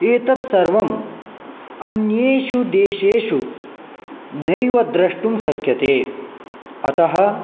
एतत् सर्वम् अन्येषु देशेषु नैव द्रष्टुं शक्यते अतः